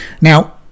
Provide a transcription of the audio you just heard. now